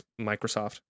Microsoft